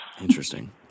Interesting